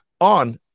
on